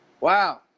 wow